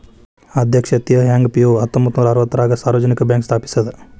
ಅಧ್ಯಕ್ಷ Teh Hong Piow ಹತ್ತೊಂಬತ್ ನೂರಾ ಅರವತ್ತಾರಗ ಸಾರ್ವಜನಿಕ ಬ್ಯಾಂಕ್ ಸ್ಥಾಪಿಸಿದ